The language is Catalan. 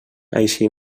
així